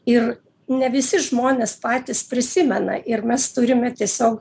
ir ne visi žmonės patys prisimena ir mes turime tiesio